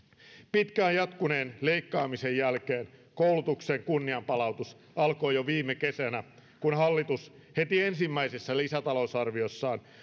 pitkään jatkuneen leikkaamisen jälkeen koulutuksen kunnianpalautus alkoi jo viime kesänä kun hallitus heti ensimmäisessä lisätalousarviossaan